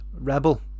rebel